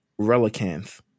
Relicanth